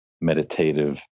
meditative